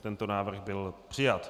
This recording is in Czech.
Tento návrh byl přijat.